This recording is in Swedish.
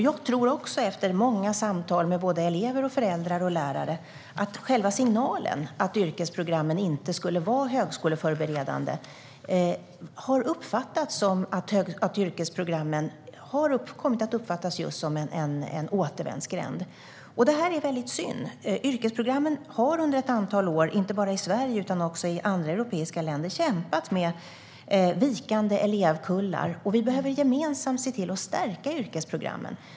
Jag tror också, efter många samtal med såväl elever och föräldrar som lärare, att själva signalen att yrkesprogrammen inte skulle vara högskoleförberedande har gjort att de kommit att uppfattas som en återvändsgränd. Det är väldigt synd. Yrkesprogrammen har under ett antal år, inte bara i Sverige utan även i andra europeiska länder, kämpat med minskande elevkullar. Vi behöver gemensamt se till att stärka yrkesprogrammen.